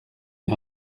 est